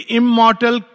immortal